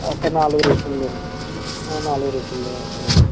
ఒక నాలుగు రీఫిల్లు నాలుగు రీఫిల్లు